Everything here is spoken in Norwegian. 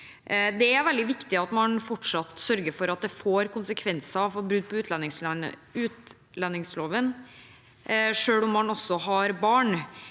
veldig viktig at man fortsatt sørger for at det får konsekvenser med brudd på utlendingsloven, selv om man har barn.